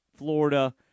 Florida